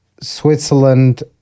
Switzerland